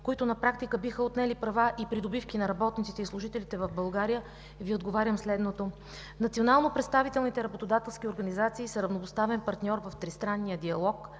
които на практика биха отнели права и придобивки на работниците и служителите в България, Ви отговарям следното: национално представителните работодателски организации са равнопоставен партньор в тристранния диалог